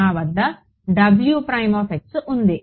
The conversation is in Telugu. నా వద్ద ఉంది